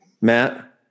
Matt